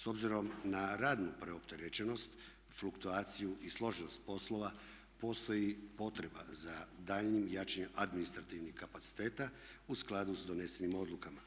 S obzirom na radnu preopterećenost, fluktuaciju i složenost poslova postoji potreba za daljnjim jačanjem administrativnih kapaciteta u skladu sa donesenim odlukama